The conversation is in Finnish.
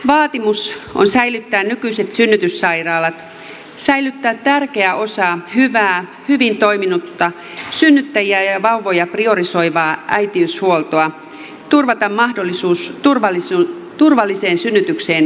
vaatimus on säilyttää nykyiset synnytyssairaalat säilyttää tärkeä osa hyvää hyvin toiminutta synnyttäjiä ja vauvoja priorisoivaa äitiyshuoltoa turvata mahdollisuus turvalliseen synnytykseen riittävän lähellä